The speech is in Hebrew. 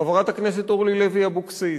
חברת הכנסת אורלי לוי אבקסיס,